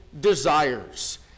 desires